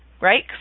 right